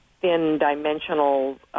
thin-dimensional